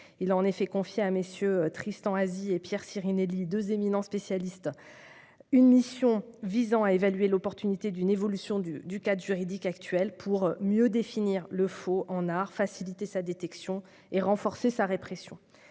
l'an dernier, confiant à MM. Tristan Azzi et Pierre Sirinelli, deux éminents spécialistes, une mission visant à évaluer l'opportunité d'une évolution du cadre juridique actuel pour mieux définir le faux en art, faciliter sa détection et renforcer sa répression.